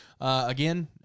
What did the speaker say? Again